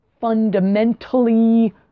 fundamentally